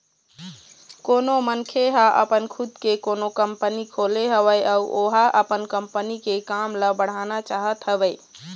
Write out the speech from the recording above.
कोनो मनखे ह अपन खुद के कोनो कंपनी खोले हवय अउ ओहा अपन कंपनी के काम ल बढ़ाना चाहत हवय